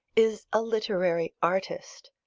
is a literary artist,